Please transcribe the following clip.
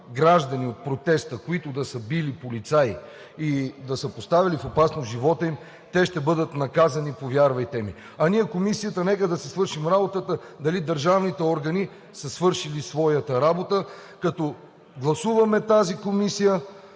граждани от протеста, които да са били полицаи, и да са поставили в опасност живота им, те ще бъдат наказани, повярвайте ми! А ние – комисията, нека да си свършим работата – дали държавните органи са свършили своята работа? Като гласуваме тази комисия,